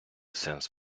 сенс